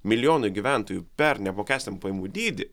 milijonui gyventojų per neapmokestinamą pajamų dydį